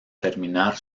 terminar